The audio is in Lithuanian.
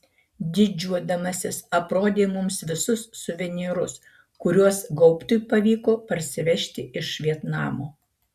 didžiuodamasis aprodė mums visus suvenyrus kuriuos gaubtui pavyko parsivežti iš vietnamo